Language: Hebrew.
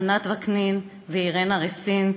ענת וקנין ואירנה רסין,